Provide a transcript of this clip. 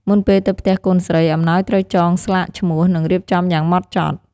មុនពេលទៅផ្ទះកូនស្រី អំណោយត្រូវចងស្លាកឈ្មោះ និងរៀបចំយ៉ាងម៉ត់ចត់។